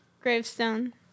gravestone